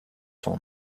son